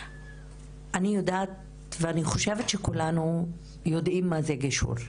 אני יודעת ואני חושבת שכולנו יודעים מה זה גישור,